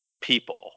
people